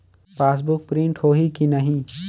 Passbook print होही कि नहीं?